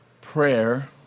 prayer